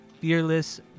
Fearless